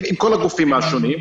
עם כל הגופים השונים,